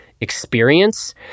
experience